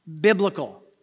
biblical